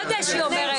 חודש היא אומרת.